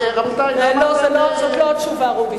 רבותי, לא, זה לא, זאת לא התשובה, רובי.